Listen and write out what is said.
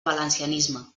valencianisme